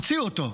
הוציאו אותו,